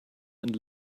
and